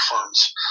firms